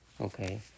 Okay